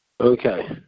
Okay